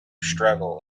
struggle